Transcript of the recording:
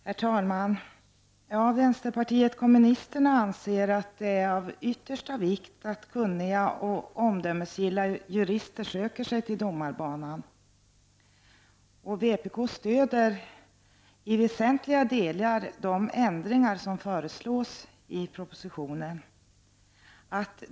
Herr talman! Vi i vänsterpartiet kommunisterna anser att det är av ytterst stor vikt att kunniga och omdömesgilla jurister söker sig till domarbanan. Vpk stöder i väsentliga delar de ändringar som föreslås i propositionen.